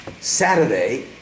Saturday